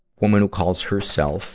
woman who calls herself